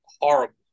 horrible